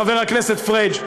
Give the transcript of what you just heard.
חבר הכנסת פריג',